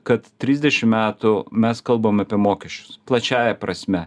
kad trisdešim metų mes kalbam apie mokesčius plačiąja prasme